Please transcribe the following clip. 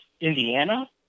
Indiana